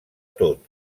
tot